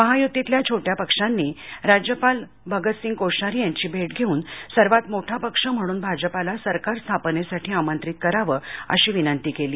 महायूतीतल्या छोट्या पक्षांनी राज्यपाल भगतसिंग कोश्यारी यांची भेट घेऊन सर्वात मोठा पक्ष म्हणून भाजपाला सरकार स्थापनेसाठी आमंत्रित करावं अशी विनंती केली